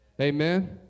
Amen